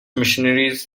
missionaries